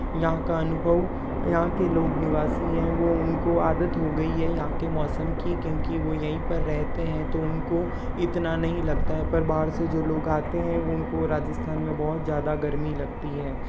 यहाँ का अनुभव यहाँ के लोग निवासी है वो उनको आदत हो गई है यहाँ के मौसम की क्योंकि वो यहीं पर रहते है तो उनको इतना नहीं लगता है पर बाहर से जो लोग आते है उनको राजस्थान में बहुत ज़्यादा गर्मी लगती है